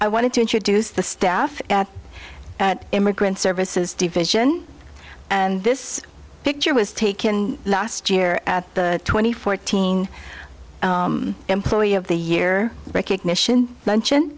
i wanted to introduce the staff at immigrant services division and this picture was taken last year at the twenty fourteen employee of the year recognition luncheon